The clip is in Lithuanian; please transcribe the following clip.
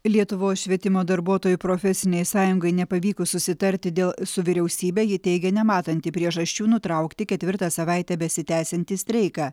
lietuvos švietimo darbuotojų profesinei sąjungai nepavykus susitarti dėl su vyriausybe ji teigė nematanti priežasčių nutraukti ketvirtą savaitę besitęsiantį streiką